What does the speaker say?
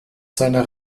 seiner